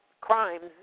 crimes